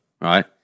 right